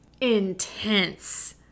intense